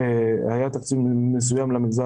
שאנחנו חושבים שזה לא מספיק אבל היה התקציב מסוים למגזר